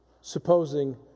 supposing